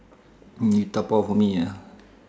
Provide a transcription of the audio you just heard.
you top up for me ah